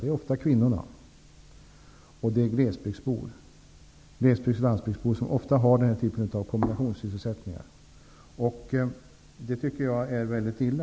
Det är ofta kvinnor, och det är glesbygdsbor och landsbygdsbor som ofta har den här typen av kombinationssysselsättningar. Jag tycker att det är väldigt illa.